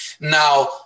Now